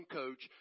coach